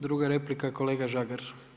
Druga replika kolega Žagar.